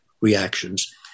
reactions